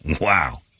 Wow